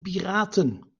piraten